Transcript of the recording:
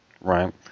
Right